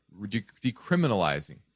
decriminalizing